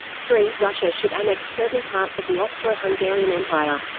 three russia should annex certain parts of the austro-hungarian empire.